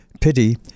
pity